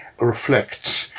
reflects